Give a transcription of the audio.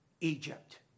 Egypt